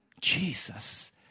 Jesus